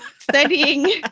studying